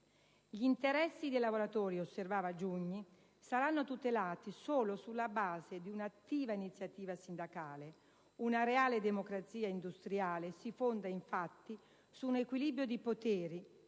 «Gli interessi dei lavoratori» - osservava Giugni - «saranno tutelati solo sulla base di una attiva iniziativa sindacale; una reale democrazia industriale si fonda infatti su un equilibrio di poteri